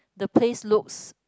the place looks